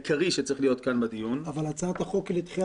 העיקרי שצריך להיות כאן בדיון --- אבל הצעת החוק היא לדחיית התקציב?